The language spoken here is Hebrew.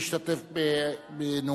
תוכן העניינים מסמכים שהונחו על שולחן הכנסת 3